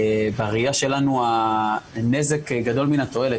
בראיה שלנו, הנזק גדול מן התועלת.